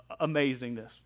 amazingness